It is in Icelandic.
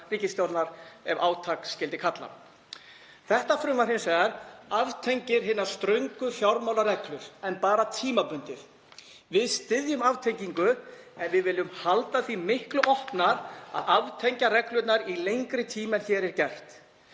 ríkisstjórnar, ef átak skyldi kalla. Þetta frumvarp aftengir hinar ströngu fjármálareglur en bara tímabundið. Við styðjum aftengingu en við viljum halda því miklu opnara að aftengja reglurnar í lengri tíma en hér er gert.